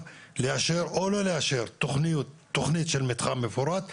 לאשר או לא לאשר תכנית של מתחם מפורט,